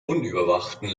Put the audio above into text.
unüberwachten